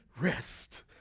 rest